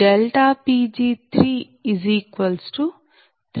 535 188